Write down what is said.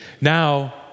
Now